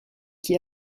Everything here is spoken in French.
qui